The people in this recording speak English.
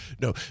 No